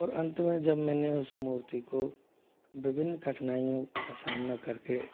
और अंत में जब मैंने उस मूर्ति को विभिन्न कठिनाइयों का सामना कर के